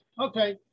okay